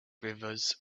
rivers